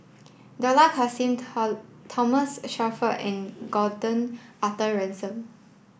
Dollah Kassim Thomas Shelford and Gordon Arthur Ransome